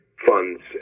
Funds